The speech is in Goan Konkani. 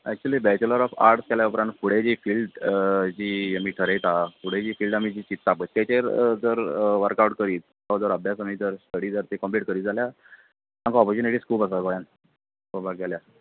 एक्चूली बेचुलर्स ऑफ आर्टस केल्या उपरांत फुडें जी फिल्ड जी आमी ठरयता फुडें जी फिल्ड आमी चित्ता पय तेजेर जर वर्कआवट करीत तो जर अभ्यास करीत स्टडी जर ती कंप्लीट करीत जाल्यार आमकां ओपेर्चुनिटीस खूब आसात गोंयान पोवपाक गेल्यार